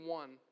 one